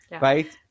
Right